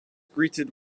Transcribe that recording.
greeted